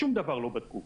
שום דבר לא בדקו.